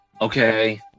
okay